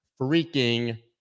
freaking